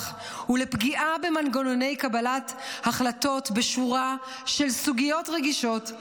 ולפגיעה במנגנוני קבלת החלטות בשורה של סוגיות רגישות".